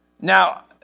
Now